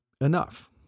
enough